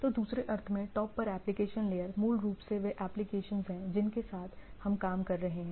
तो दूसरे अर्थ में टॉप पर एप्लीकेशन लेयर मूल रूप से वे एप्लीकेशंस हैं जिनके साथ हम काम कर रहे हैं